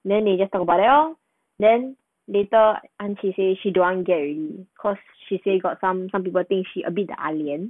then they just talk about that lor then later an qi say she don't want get already cause she say got some some people think she a bit ah lian